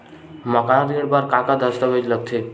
मकान ऋण बर का का दस्तावेज लगथे?